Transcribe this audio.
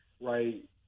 right